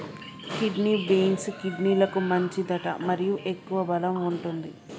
kidney beans, కిడ్నీలకు మంచిదట మరియు ఎక్కువ బలం వుంటది